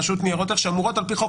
הרשות לניירות ערך שאמורות על פי חוק